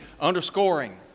underscoring